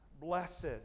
Blessed